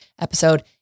episode